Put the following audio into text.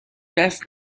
دست